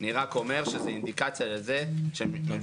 אני רק אומר שזאת אינדיקציה לזה שממשלת